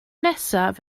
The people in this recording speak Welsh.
nesaf